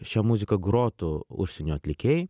šią muziką grotų užsienio atlikėjai